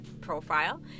profile